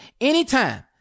anytime